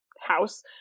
house